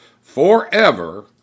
forever